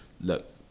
look